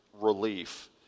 relief